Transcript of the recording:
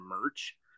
merch